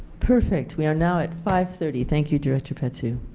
perfect we are now at five thirty. thank you director patu.